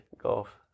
golf